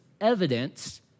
evidence